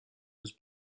his